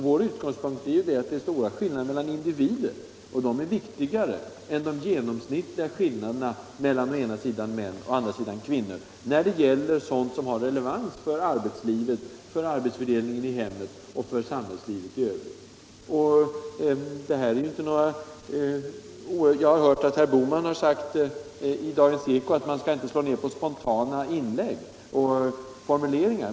Vår utgångspunkt är att det är stora skillnader mellan individer, och de är viktigare än de genomsnittliga skillnaderna mellan å ena sidan män och å andra sidan kvinnor när det gäller sådant som har betydelse för arbetslivet, arbetsfördelningen i hemmen och samhällslivet i övrigt. Jag har fått veta att herr Bohman i Dagens eko har sagt att man inte skall slå ned på spontana inlägg och formuleringar.